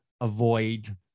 avoid